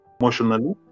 emotionally